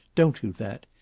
don't do that.